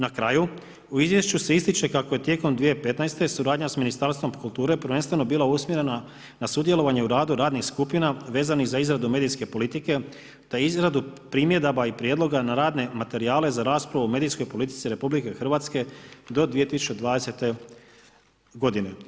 Na kraju u izvješću se ističe kako je tijekom 2015. suradnja sa Ministarstvom kulture prvenstveno bila usmjerena na sudjelovanje u radu radnih skupina vezanih za izradu medijske politike, za izradu primjedaba i prijedloga na radne materijale za raspravu u medijskoj politici Republike Hrvatske do 2020. godine.